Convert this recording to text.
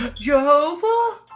Jehovah